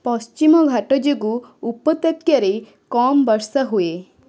ପଶ୍ଚିମ ଘାଟ ଯୋଗୁଁ ଉପତ୍ୟକାରେ କମ୍ ବର୍ଷା ହୁଏ